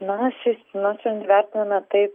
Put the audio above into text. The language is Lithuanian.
na šis nuosprendį vertiname taip